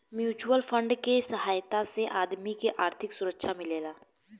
mutual fund के सहायता से आदमी के आर्थिक सुरक्षा मिलेला